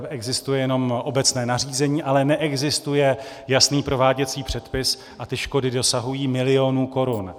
Existuje jenom obecné nařízení, ale neexistuje jasný prováděcí předpis, a ty škody dosahují milionů korun.